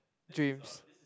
dreams